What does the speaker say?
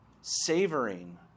savoring